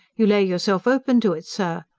you lay yourself open to it, sir!